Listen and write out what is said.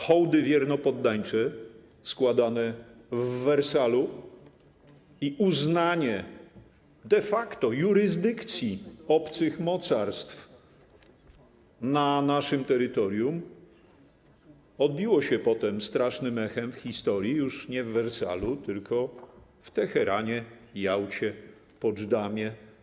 Hołdy wiernopoddańcze składane w Wersalu i uznanie de facto jurysdykcji obcych mocarstw na naszym terytorium odbiły się potem strasznym echem w historii, już nie w Wersalu, tylko w Teheranie, Jałcie, Poczdamie.